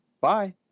Bye